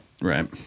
Right